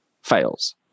fails